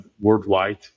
worldwide